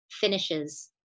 finishes